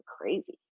crazy